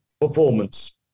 performance